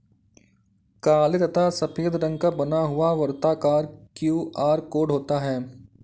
काले तथा सफेद रंग का बना हुआ वर्ताकार क्यू.आर कोड होता है